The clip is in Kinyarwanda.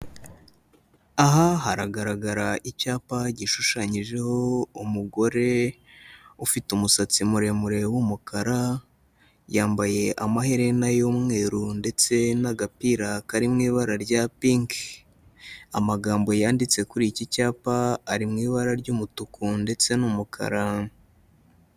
Aha haragaragara icyapa gishushanyijeho umugore ufite umusatsi muremure w'umukara, yambaye amaherena y'umweru ndetse n'agapira kari mu ibara rya pinki, amagambo yanditse kuri iki cyapa ari mu ibara ry'umutuku ndetse n'umukara.